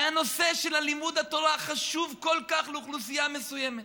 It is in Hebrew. והנושא של לימוד התורה חשוב כל כך לאוכלוסייה מסוימת.